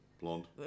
blonde